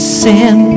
sin